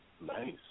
Nice